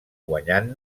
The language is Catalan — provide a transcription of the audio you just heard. guanyant